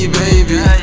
baby